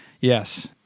Yes